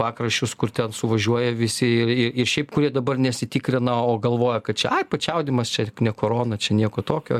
pakraščius kur ten suvažiuoja visi ir šiaip kurie dabar nesitikrina o galvoja kad čia ai pačiaudimas čia korona čia nieko tokio